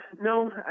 No